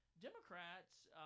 Democrats